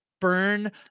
burn